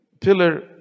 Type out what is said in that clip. pillar